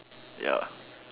ya